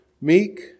meek